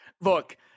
Look